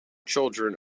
children